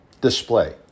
display